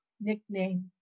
nickname